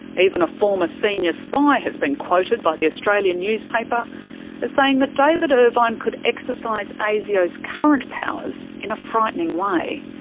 even a former senior spy has been quoted by the australian newspaper as saying that david irvine could exercise asio's current powers in a frightening way.